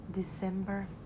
December